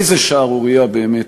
איזו שערורייה, באמת.